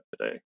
today